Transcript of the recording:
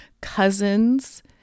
cousins